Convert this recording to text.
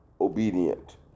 obedient